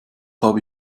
habe